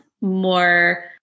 more